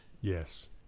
yes